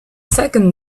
second